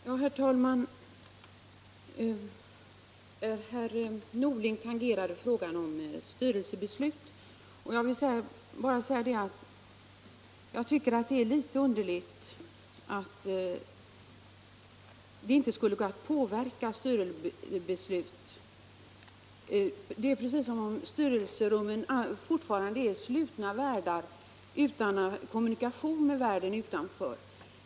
Herr talman! Herr Norling tangerade frågan om styrelsebeslut. Jag tycker att det är litet underligt att det inte skulle gå att påverka styrelsebeslut. Det är precis som om styrelserummen fortfarande är slutna världar utan kommunikation med världen utanför.